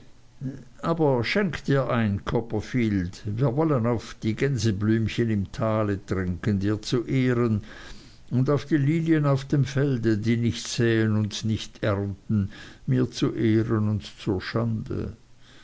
aber schenk dir ein copperfield wir wollen auf die gänseblümchen im tale trinken dir zu ehren und auf die lilien auf dem felde die nicht säen und nicht ernten mir zu ehren und zur schande